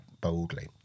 boldly